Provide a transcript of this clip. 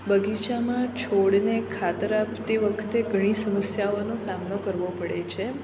બગીચામાં છોડને ખાતર આપતી વખતે ઘણી સમસ્યાઓનો સામનો કરવો પડે છે